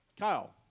Kyle